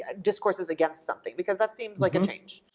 ah discourses against something? because that seems like a change?